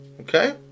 Okay